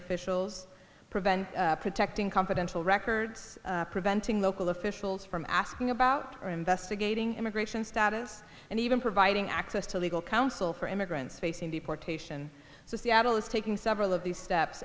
officials prevent protecting confidential records preventing local officials from asking about or investigating immigration status and even providing access to legal counsel for immigrants facing deportation so seattle is taking several of these steps